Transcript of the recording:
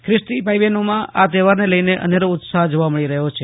પ્રિસ્તી ભાઇઓ બહેનોમાં આ તહેવારને લઇને અનેરો ઉત્સાહ જોવા મળી રહ્યો છે